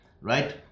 right